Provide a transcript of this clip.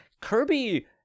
Kirby